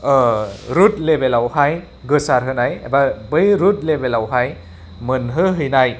route लेभेलाव हाय गोसारहोनाय एबा बै रुट लेभेलावहाय मोनहोहैनाय